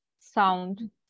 sound